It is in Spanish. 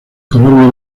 color